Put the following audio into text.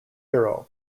hero